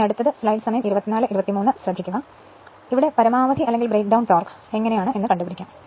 അടുത്തത് പരമാവധി അഥവാ ബ്രെയ്ക്ക്ഡൌൺ ടോർക് എങ്ങനെ കണ്ടുപിടിക്കാം